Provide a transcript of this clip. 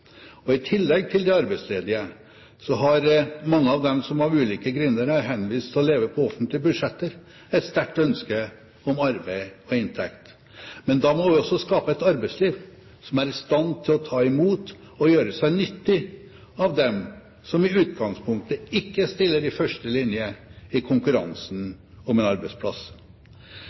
alle. I tillegg til de arbeidsledige har mange av dem som av ulike grunner er henvist til å leve på offentlige budsjetter, et sterkt ønske om arbeid og inntekt. Men da må vi også skape et arbeidsliv som er i stand til å ta imot og gjøre seg nytte av dem som i utgangspunktet ikke stiller i første linje i konkurransen om en arbeidsplass.